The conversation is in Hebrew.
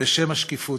בשם השקיפות.